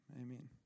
Amen